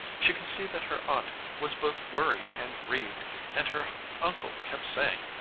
she could see that her aunt was both worried and grieved, and her uncle kept saying,